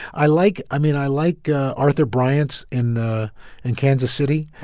i like i mean, i like arthur bryant's in ah and kansas city